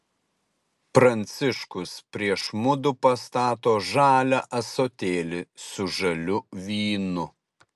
pranciškus prieš mudu pastato žalią ąsotėlį su žaliu vynu